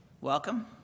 Welcome